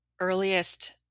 earliest